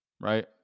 right